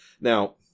Now